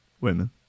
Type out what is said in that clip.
women